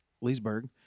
Leesburg